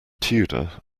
tudor